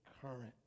current